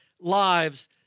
lives